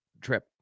trip